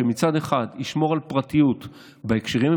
שמצד אחד ישמור על פרטיות בהקשרים,